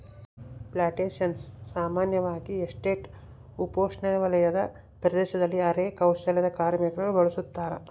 plantations ಸಾಮಾನ್ಯವಾಗಿ estate ಉಪೋಷ್ಣವಲಯದ ಪ್ರದೇಶದಲ್ಲಿ ಅರೆ ಕೌಶಲ್ಯದ ಕಾರ್ಮಿಕರು ಬೆಳುಸತಾರ